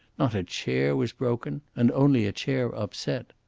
not a chair was broken, and only a chair upset.